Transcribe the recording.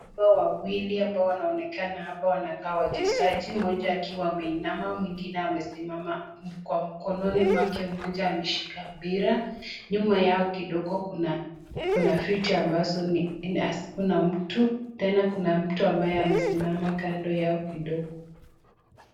Wababa wawili ambao wanaonekana hapa wanakaa wachezaji, mmoja akiwa ameinama, mwingine amesimama. Kwa mkononi mwake mmoja ameshika mpira, nyuma yao kidogo kuna mtu, tena kuna mtu ambaye amesimama kando yao kidogo.